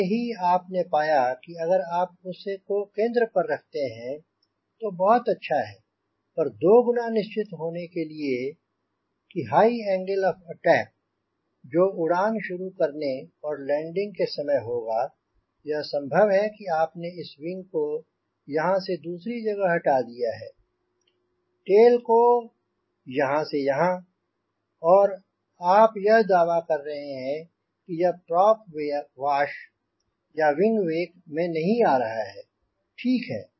पहले ही आप ने पाया कि अगर आप उसको केंद्र पर रखते हैं तो बहुत अच्छा है पर दोगुना निश्चित होने के लिए कि हाई एंगल ऑफ अटैक जो उड़ान शुरू करने और लैंडिंग के समय होगा यह संभव है कि आपने इस विंग को यहांँ से दूसरी जगह हटा दिया है टेल को यहांँ से यहांँ और आप यह दावा कर रहे हैं कि यह प्रॉप वाश या विग वेक में नहीं आ रहा ठीक है